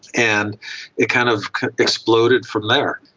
and it kind of exploded from there.